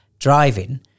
driving